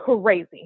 crazy